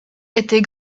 était